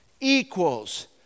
equals